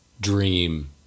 dream